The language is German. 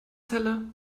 celle